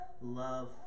love